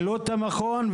מנסור עבאס ומאזן גנאים,